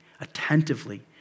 attentively